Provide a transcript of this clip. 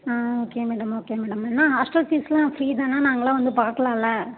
ஆ okay madam okay madam என்ன hostel ஃபீஸெல்லாம் free தானா நாங்களெல்லாம் வந்து பார்க்கலால்ல